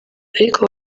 ariko